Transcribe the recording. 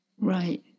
right